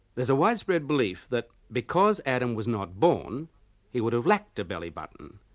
there's a widespread belief that, because adam was not born he would have lacked a belly button.